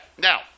Now